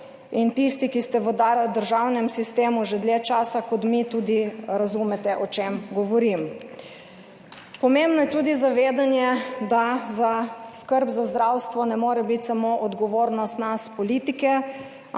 in tisti, ki ste v državnem sistemu že dlje časa, kot mi tudi razumete o čem govorim. Pomembno je tudi zavedanje, da za skrb za zdravstvo ne more biti samo odgovornost nas politike